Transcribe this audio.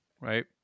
right